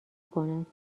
کند